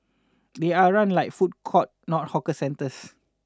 they are run like food courts not hawker centres